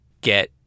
get